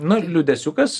nu liūdesiukas